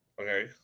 Okay